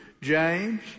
James